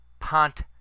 Pont